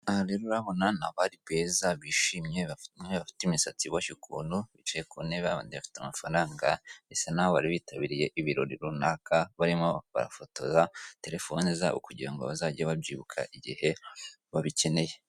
Aha urahabona ni abari beza bishimye umwe bafite imisatsi iboshye ukuntu bicaye ku ntebe abandi bafite amafaranga , bisa n'aho bari bitabiriye ibirori runaka, barimo bafotoza telefone zabo kugira ngo bazajye babyibuka igihe babikeneye.